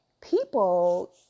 people